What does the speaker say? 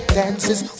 dances